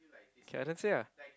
say ah